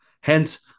Hence